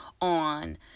on